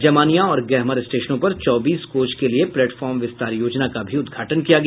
जमानिया और गहमर स्टेशनों पर चौबीस कोच के लिए प्लेटफार्म विस्तार योजना का भी उद्घाटन किया गया